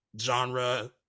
genre